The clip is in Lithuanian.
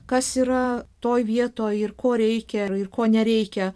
kas yra toje vietoj ir ko reikia ir ko nereikia